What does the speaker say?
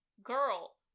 Girl